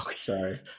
Sorry